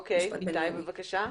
אוקיי, איתי, בבקשה.